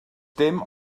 dim